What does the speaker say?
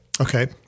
Okay